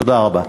תודה רבה.